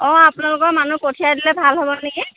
অঁ আপোনালোকৰ মানুহ পঠিয়াই দিলে ভাল হ'ব নেকি